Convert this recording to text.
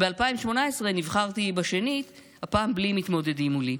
ב-2018 נבחרתי שנית, הפעם בלי מתמודדים מולי.